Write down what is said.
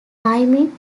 rhyming